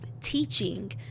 teaching